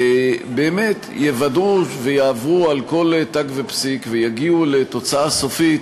באמת יוודאו ויעברו על כל תג ופסיק ויגיעו לתוצאה סופית